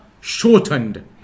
Shortened